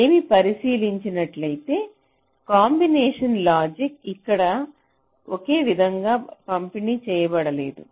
మీరు పరిశీలించినట్లైతే combination logic ఇక్కడ ఒకే విధంగా పంపిణీ చేయబడలేదు